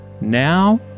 Now